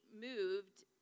moved